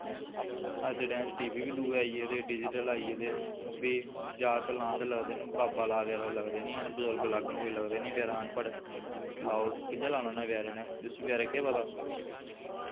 अज्ज दे टैम च टी वी दूए आई गेदे डिज़िटल आई गेदे ओह् बी जागत लान ते लगदे न बाबा ला बचैरा ते लगदा निं हैन बजुर्ग लाङन कोई लगदे न बचैरा अनपढ़ लाओ कि'यां लाना उन्न बचैरे ने उसी बचैरे गी केह् पता